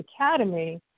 Academy